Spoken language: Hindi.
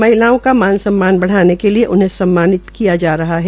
महिलाओं का मान सम्मान ब ाने के लिए उन्हें सम्मानित किया जा रहा है